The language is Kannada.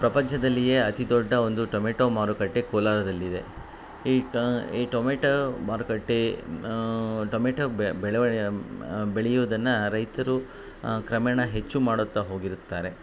ಪ್ರಪಂಚದಲ್ಲಿಯೇ ಅತಿ ದೊಡ್ಡ ಒಂದು ಟೊಮೆಟೊ ಮಾರುಕಟ್ಟೆ ಕೋಲಾರದಲ್ಲಿದೆ ಈ ಈ ಟೊಮೇಟೋ ಮಾರುಕಟ್ಟೆ ಟೊಮೆಟೊ ಬೆಳವ ಬೆಳೆಯೋದನ್ನ ರೈತರು ಕ್ರಮೇಣ ಹೆಚ್ಚು ಮಾಡುತ್ತಾ ಹೋಗಿರುತ್ತಾರೆ